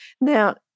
Now